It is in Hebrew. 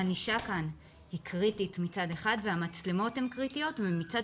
הענישה כאן היא קריטית מצד אחד והמצלמות הן קריטיות ומצד